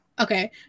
Okay